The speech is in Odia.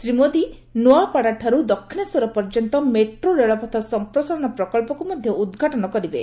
ଶ୍ରୀ ମୋଦି ନୋଆପାଡ଼ାଠାରୁ ଦକ୍ଷିଣେଶ୍ୱର ପର୍ଯ୍ୟନ୍ତ ମେଟ୍ରୋ ରେଳପଥ ସମ୍ପ୍ରସାରଣ ପ୍ରକଳ୍ପକୁ ମଧ୍ୟ ଉଦ୍ଘାଟନ କରିବେ